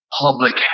public